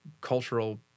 cultural